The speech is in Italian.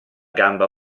gamba